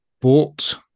bought